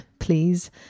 please